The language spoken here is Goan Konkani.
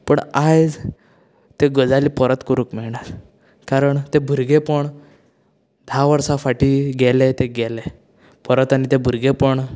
पण आयज त्यो गजाली परत करूंक मेळना कारण तें भुरगेंपण धा वर्सा फाटीं गेले तें गेले परत आनी तें भुरगेपण